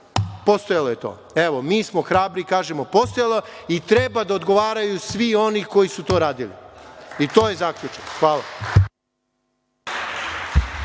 postojalo je to. Evo, mi smo hrabri i kažemo postojalo je i treba da odgovaraju svi oni koji su to radili i to je zaključak. Hvala.